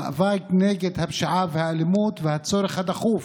המאבק נגד הפשיעה והאלימות והצורך הדחוף